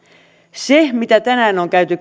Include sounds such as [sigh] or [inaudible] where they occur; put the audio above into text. se mitä tänään on käyty [unintelligible]